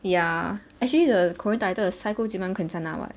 ya actually the korean title is saikojiman gwaenchanha